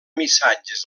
missatges